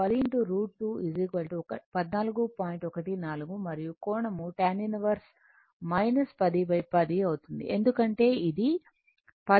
14 మరియు కోణం tan 1 1010 అవుతుంది ఎందుకంటే ఇది 10 j 10